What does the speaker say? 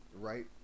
Right